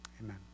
Amen